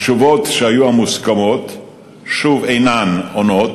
התשובות שהיו מוסכמות שוב אינן עונות